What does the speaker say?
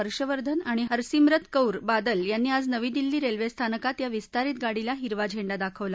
हर्षवर्धन आणि हरसिमरत कौर बादल यांनी आज नवी दिल्ली रस्विस्त्यियानकात या विस्तारित गाडीला हिरवा झेंडा दाखवला